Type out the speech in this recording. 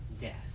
death